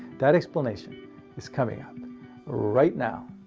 that explanation is coming up right now,